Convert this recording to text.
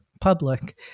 public